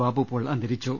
ബാബുപോൾ അന്തരിച്ചു